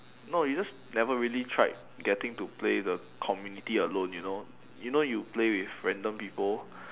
no you just never really tried getting to play the community alone you know you know you play with random people